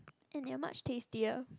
and they're much tastier